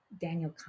Daniel